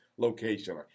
Location